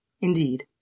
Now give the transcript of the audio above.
Indeed